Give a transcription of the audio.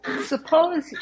suppose